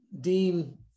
Dean